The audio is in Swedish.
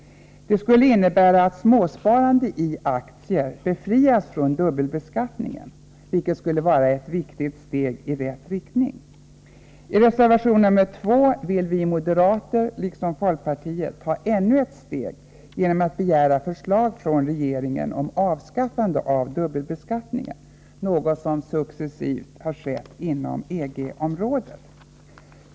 Det skulle innebära att småsparande i aktier befrias från dubbelbeskattning, vilket vore ett viktigt steg i rätt riktning. I reservation 2 tar vi moderater och folkpartiets representant ännu ett steg genom att begära förslag från regeringen om avskaffande av dubbelbeskattningen, något som successivt har skett inom EG-området.